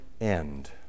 end